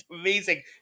amazing